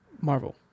Marvel